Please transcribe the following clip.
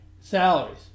salaries